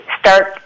start